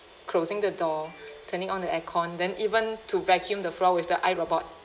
closing the door turning on the aircon then even to vacuum the floor with the I robot